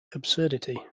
absurdity